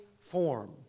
form